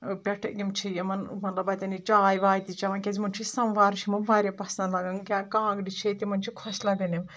پؠٹھ یِم چھِ یِمَن مطلب اَتؠن یہِ چاے واے تہِ چٮ۪وَان کیازِ یِمَن چھِ سَماوار چھِ یِمَن واریاہ پَسنٛد لَگَان کیٛاہ کانٛگرِ چھِ تِمَن چھِ خۄش لَگَان یِم